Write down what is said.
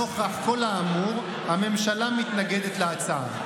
נוכח כל האמור הממשלה מתנגדת להצעה.